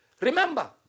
remember